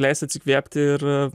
leis atsikvėpti ir